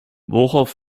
worauf